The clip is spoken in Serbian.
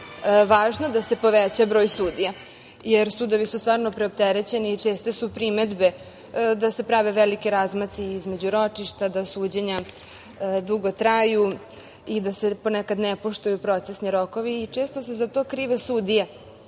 važno da se poveća broj sudija, jer sudovi su stvarno preopterećeni i česte su primedbe da se prave veliki razmaci između ročišta, da suđenja dugo traju i da se ponekad ne poštuju procesni rokovi i često se za to krive sudije,